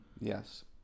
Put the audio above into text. Yes